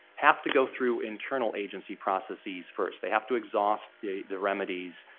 have to go through internal agency processes first. they have to exhaust the the remedies.